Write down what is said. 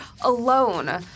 alone